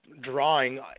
drawing